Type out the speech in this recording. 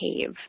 cave